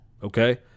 Okay